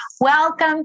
welcome